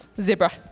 zebra